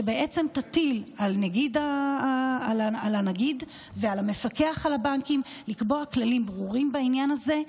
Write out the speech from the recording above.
שתטיל על הנגיד ועל המפקח על הבנקים לקבוע כללים ברורים בעניין הזה,